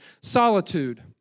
solitude